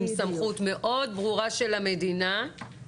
עם סמכות מאוד ברורה של המדינה,